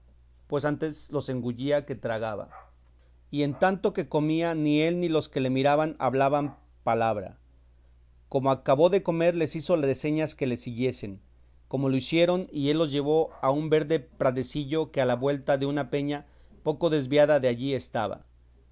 pues antes los engullía que tragaba y en tanto que comía ni él ni los que le miraban hablaban palabra como acabó de comer les hizo de señas que le siguiesen como lo hicieron y él los llevó a un verde pradecillo que a la vuelta de una peña poco desviada de allí estaba